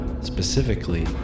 specifically